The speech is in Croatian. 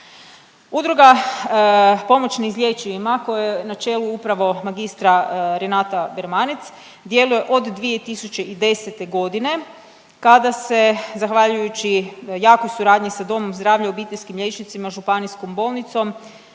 Udruga pomoć neizlječivima kojoj je načelu upravo magistra Renata Bermanec, djeluje od 2010.g. kada se zahvaljujući jakoj suradnji sa domom zdravlja i obiteljskim liječnicima, županijskom bolnicom,